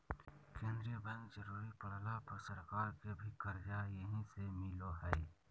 केंद्रीय बैंक जरुरी पड़ला पर सरकार के भी कर्जा यहीं से मिलो हइ